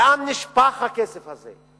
לאן נשפך הכסף הזה,